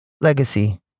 legacy